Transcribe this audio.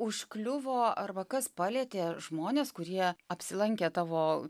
užkliuvo arba kas palietė žmones kurie apsilankė tavo